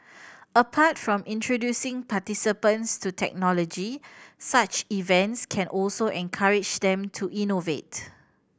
apart from introducing participants to technology such events can also encourage them to innovate